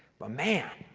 but man,